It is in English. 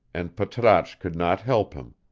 and patrasche could not help him,